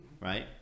Right